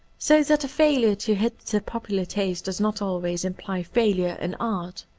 so that a failure to hit the popular taste does not always imply failure in art.